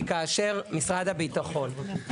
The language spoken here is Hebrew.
כי כאשר משרד הביטחון --- מי מרכז את התוכנית הזו?